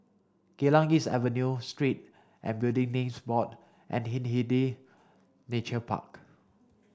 Geylang East Avenue Street and Building Names Board and Hindhede Nature Park